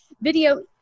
video